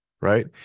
Right